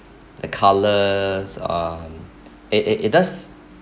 the colours um it it it does